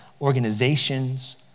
organizations